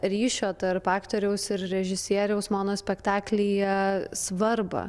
ryšio tarp aktoriaus ir režisieriaus mono spektaklyje svarbą